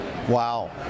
Wow